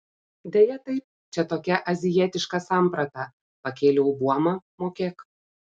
deja taip čia tokia azijietiška samprata pakėliau buomą mokėk